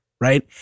Right